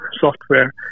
software